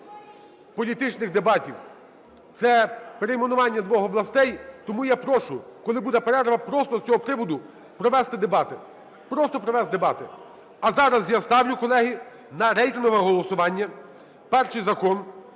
політичних дебатів. Це перейменування двох областей. Тому я прошу, коли буде перерва, просто з цього приводу провести дебати, просто провести дебати. А зараз я ставлю, колеги, на рейтингове голосування перший закон